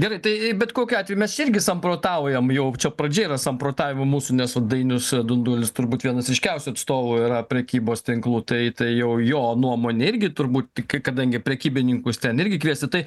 gerai tai bet kokiu atveju mes irgi samprotaujam jau čia pradžia yra samprotavimų mūsų nes dainius dundulis turbūt vienas ryškiausių atstovų yra prekybos tinklų tai tai jau jo nuomonė irgi turbūt tik kai kadangi prekybininkus ten irgi kviesit tai